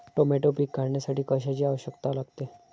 Tomato पीक काढण्यासाठी कशाची आवश्यकता लागते?